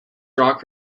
rock